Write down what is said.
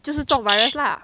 就是中 virus lah